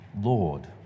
Lord